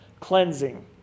cleansing